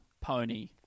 pony